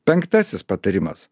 penktasis patarimas